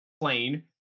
plane